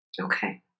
Okay